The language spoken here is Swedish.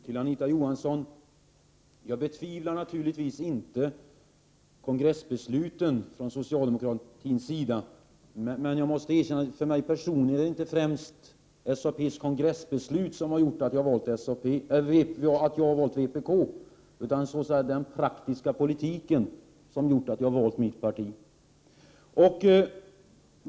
Herr talman! Jag betvivlar, Anita Johansson, naturligtvis inte socialdemokraternas kongressbeslut. Men jag måste erkänna att det för mig personligen inte är några kongressbeslut som gjort att jag valt mitt parti, utan der praktiska politiken.